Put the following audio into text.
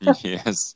Yes